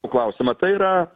klausimą tai yra